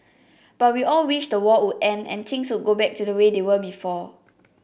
but we all wished the war would end and things would go back to the way they were before